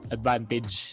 Advantage